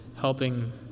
helping